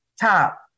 Top